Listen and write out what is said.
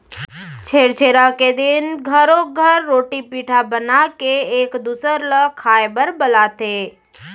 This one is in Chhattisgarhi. छेरछेरा के दिन घरो घर रोटी पिठा बनाके एक दूसर ल खाए बर बलाथे